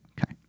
Okay